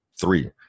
Three